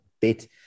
bit